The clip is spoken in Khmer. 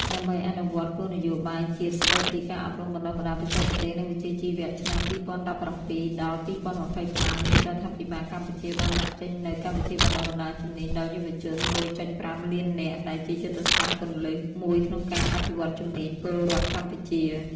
ដើម្បីអនុវត្តគោលនយោបាយជាតិស្តីពី ការអប់រំបណ្តុះបណ្តាលបច្ចេកទេស និងវិជ្ជាជីវៈឆ្នាំ២០១៧-២០២៥ រាជរដ្ឋាភិបាលកម្ពុជាបានដាក់ចេញនូវ កម្មវិធីបណ្តុះបណ្តាលជំនាញដល់យុវជន ១.៥ លាននាក់ ដែលជាយុទ្ធសាស្ត្រគន្លឹះមួយក្នុងការអភិវឌ្ឍន៍ជំនាញពលរដ្ឋកម្ពុជា។